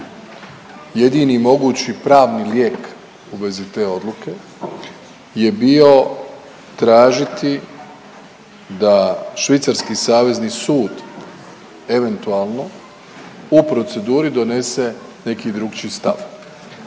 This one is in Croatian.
jedini mogući pravni lijek u vezi te odluke je bio tražiti da Švicarski savezni sud eventualno u proceduri donese neki drukčiji stav.